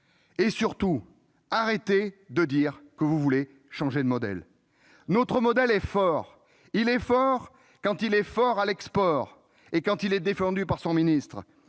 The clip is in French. Surtout, cessez de dire que vous voulez changer de modèle. Très bien ! Notre modèle est fort quand il est fort à l'export et quand il est défendu par son ministre.